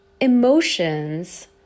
emotions